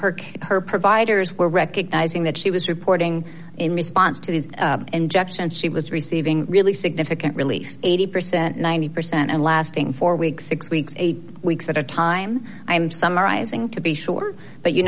her her providers were recognizing that she was reporting in response to these she was receiving really significant relief eighty percent ninety percent and lasting four weeks six weeks eight weeks at a time i'm summarizing to be sure but you